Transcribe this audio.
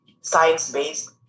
science-based